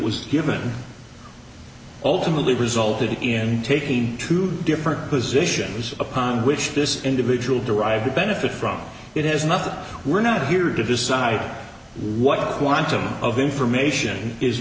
was given ultimately resulted in taking two different positions upon which this individual derive the benefit from it is nothing we're not here to decide what quantum of information is